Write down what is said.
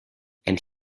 and